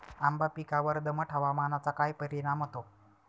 आंबा पिकावर दमट हवामानाचा काय परिणाम होतो?